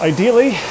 Ideally